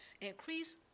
increase